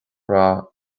rath